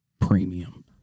premium